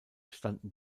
standen